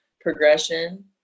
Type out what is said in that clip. progression